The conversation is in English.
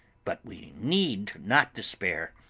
but we need not despair.